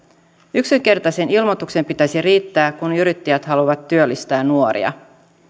yksinkertaisen ilmoituksen pitäisi riittää kun yrittäjät haluavat työllistää nuoria